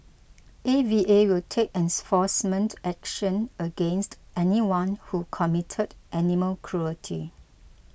A V A will take enforcement action against anyone who committed animal cruelty